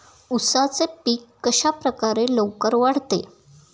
उसाचे पीक कशाप्रकारे लवकर वाढते?